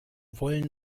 wollen